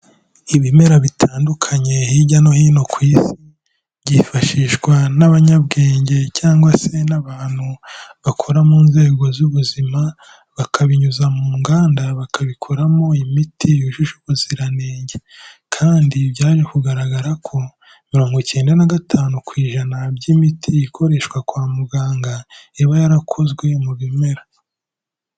Ibimera bitandukanye hirya no hino ku isi, byifashishwa n'abanyabwenge cyangwa se n'abantu bakora mu nzego z'ubuzima, bakabinyuza mu nganda bakabikoramo imiti yujuje ubuziranenge kandi byaje kugaragara ko, mirongo icyenda na gatanu ku ijana by'imiti ikoreshwa kwa muganga, iba yarakozwe mu bimera.